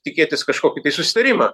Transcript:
tikėtis kažkokį tai susitarimą